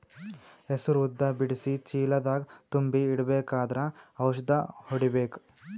ಹೆಸರು ಉದ್ದ ಬಿಡಿಸಿ ಚೀಲ ದಾಗ್ ತುಂಬಿ ಇಡ್ಬೇಕಾದ್ರ ಔಷದ ಹೊಡಿಬೇಕ?